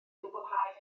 gwblhau